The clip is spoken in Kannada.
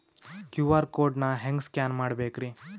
ಕ್ಯೂ.ಆರ್ ಕೋಡ್ ನಾ ಹೆಂಗ ಸ್ಕ್ಯಾನ್ ಮಾಡಬೇಕ್ರಿ?